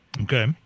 Okay